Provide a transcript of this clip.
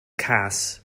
cas